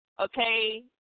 okay